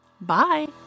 Bye